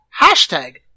hashtag